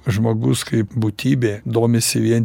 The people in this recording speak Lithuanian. žmogus kaip būtybė domisi vien